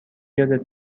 یادت